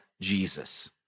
Jesus